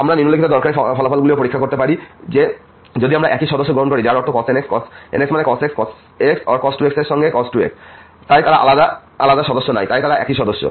আমরা নিম্নলিখিত দরকারী ফলাফলগুলিও পরীক্ষা করতে পারি যে যদি আমরা একই সদস্য গ্রহণ করি যার অর্থ cos nx cos nx মানে cos x cos x or cos 2x সঙ্গে cos 2x তাই তারা আলাদা সদস্য নয় তাই তারা একই সদস্য